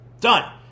Done